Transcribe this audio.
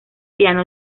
piano